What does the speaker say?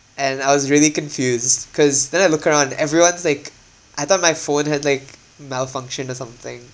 and I was really confused cause then I look around everyone's like I thought my phone had like malfunctioned or something